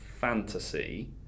fantasy